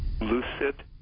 lucid